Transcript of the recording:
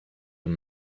and